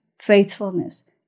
faithfulness